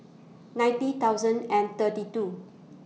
ninety thousand and thirty two